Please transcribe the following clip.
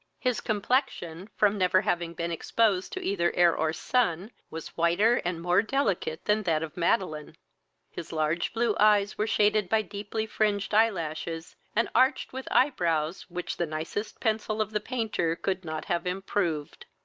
his complexion, from never having been exposed to either air or sun, was whiter and more delicate that that of madeline his large blue eyes were shaded by deeply-fringed eye-lashes, and arched with eye-brows which the nicest pencil of the painter could not have improved.